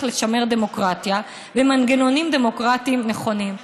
לשמר דמוקרטיה ומנגנונים דמוקרטיים נכונים.